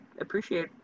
appreciate